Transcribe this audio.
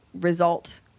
result